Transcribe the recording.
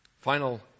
Final